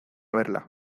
verla